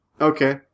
Okay